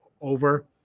over